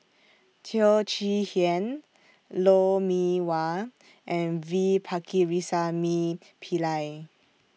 Teo Chee Hean Lou Mee Wah and V Pakirisamy Pillai